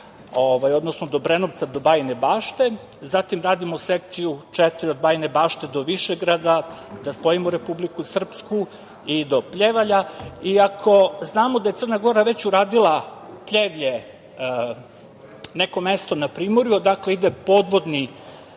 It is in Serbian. odnosno od Obrenovca do Bajine Bašte. Zatim, radimo sekciju 4. od Bajine Bašte do Višegrada da spojimo Republiku Srpsku i do Pljevalja i ako znamo da je Crna Gora već uradila Pljevlje, neko mesto na primorju, dakle, ide podvodni